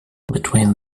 between